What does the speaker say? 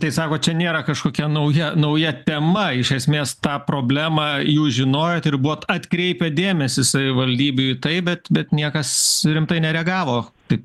tai sakot čia nėra kažkokia nauja nauja tema iš esmės tą problemą jūs žinojot ir buvot atkreipę dėmesį savivaldybių į tai bet bet niekas rimtai nereagavo taip